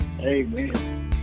Amen